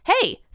Hey